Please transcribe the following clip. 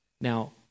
Now